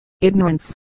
ignorance